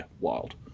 wild